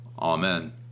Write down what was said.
Amen